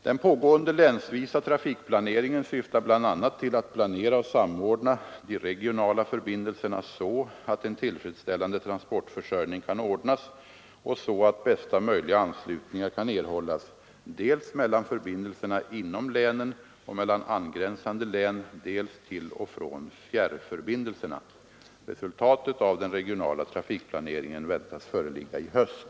Den pågående länsvisa trafikplaneringen syftar bl.a. till att planera och samordna de regionala förbindelserna, så att en tillfredsställande transportförsörjning kan ordnas och så att bästa möjliga anslutningar kan erhållas dels mellan förbindelserna inom länen och mellan angränsande län, dels till och från fjärrförbindelserna. Resultatet av den regionala trafikplaneringen väntas föreligga i höst.